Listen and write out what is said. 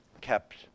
kept